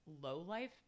low-life